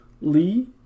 Lee